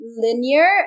linear